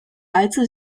来自